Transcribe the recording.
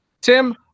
Tim